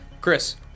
Chris